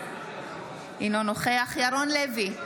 אינו נוכח ירון לוי,